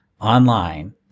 online